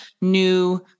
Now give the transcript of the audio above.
new